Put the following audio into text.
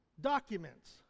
documents